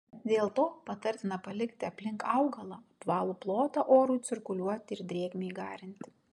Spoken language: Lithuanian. dėl to patartina palikti aplink augalą apvalų plotą orui cirkuliuoti ir drėgmei garinti